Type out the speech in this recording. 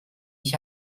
ich